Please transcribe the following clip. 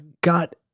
got